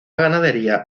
ganadería